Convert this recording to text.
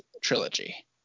trilogy